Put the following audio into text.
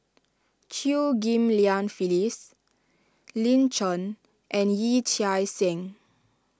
Chew Ghim Lian Phyllis Lin Chen and Yee Chia Hsing